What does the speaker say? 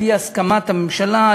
על-פי הסכמת הממשלה,